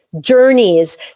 journeys